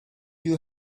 you